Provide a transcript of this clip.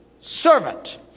servant